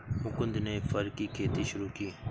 मुकुन्द ने फर की खेती शुरू की